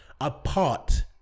apart